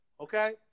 okay